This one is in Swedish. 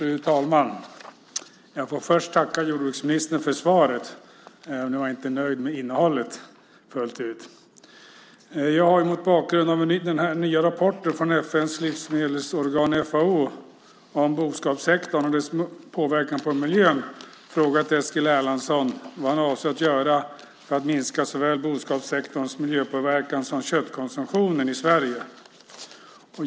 Fru talman! Jag får först tacka jordbruksministern för svaret även om jag inte fullt ut är nöjd med innehållet. Jag har mot bakgrund av den nya rapporten från FN:s livsmedelsorgan FAO om boskapssektorn och dess påverkan på miljön frågat Eskil Erlandsson vad han avser att göra åt såväl boskapssektorns miljöpåverkan som köttkonsumtionen i Sverige.